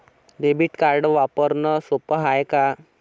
Debit card वापरणं सोप हाय का?